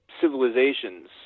civilizations